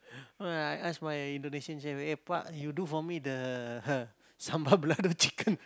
I I ask my Indonesian chef eh Pak you do for me the sambal balado chicken